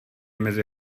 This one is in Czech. mezi